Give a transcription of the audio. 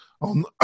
on